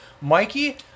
Mikey